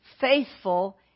faithful